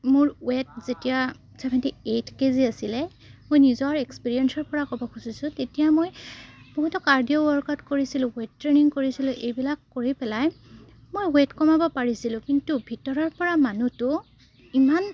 মোৰ ৱেট যেতিয়া seventy eight KG আছিলে মই নিজৰ এক্সপিৰিয়েঞ্চৰপৰা ক'ব খুজিছোঁ তেতিয়া মই বহুতো কাৰ্ডিঅ' ৱৰ্কআউট কৰিছিলোঁ ৱেট ট্ৰেইনিং কৰিছিলোঁ এইবিলাক কৰি পেলাই মই ৱেট কমাব পাৰিছিলোঁ কিন্তু ভিতৰৰপৰা মানুহটো ইমান